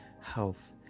health